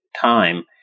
time